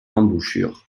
embouchure